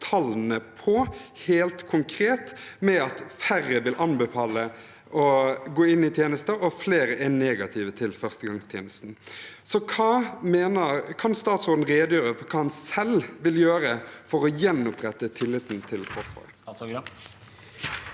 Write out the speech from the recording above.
tallene på, helt konkret, med at færre vil anbefale å gå inn i tjenester og flere er negative til førstegangstjenesten. Kan statsråden redegjøre for hva han selv vil gjøre for å gjenopprette tilliten til Forsvaret?